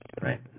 Right